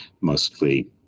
mostly